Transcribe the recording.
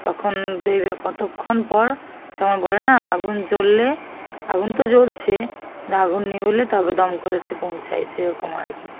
তখন দেবে কতোক্ষণ পর যেমন বলে না আগুন জ্বললে আগুন তো জ্বলছে কিন্তু আগুন নিভুলে তবে দমকল এসে পৌঁছায় সেরকম আর কি